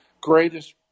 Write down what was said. greatest